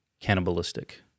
cannibalistic